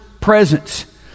presence